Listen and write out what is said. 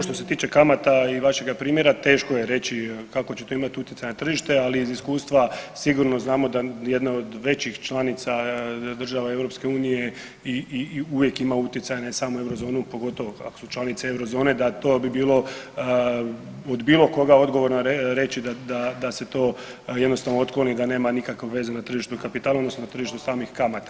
Što se tiče kamata i vašega primjera, teško je reći kako će to imati utjecaja na tržište, ali iz iskustva sigurno znamo da jedna od većih članica država EU i uvijek ima utjecaja, ne samo Eurozonu, pogotovo ako su članice Eurozone, da to bi bilo od bilo koga odgovorno reći da se to jednostavno otkloni, da nema nikakve veze na tržištu kapitala, odnosno tržištu samih kamata.